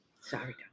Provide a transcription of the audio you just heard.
sorry